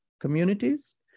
communities